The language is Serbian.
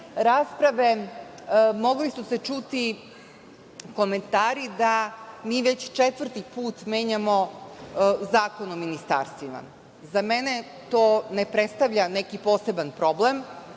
rasprave mogli su se čuti komentari da mi već četvrti put menjamo Zakon o ministarstvima. Za mene to ne predstavlja neki poseban problem.